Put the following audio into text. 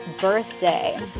birthday